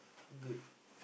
good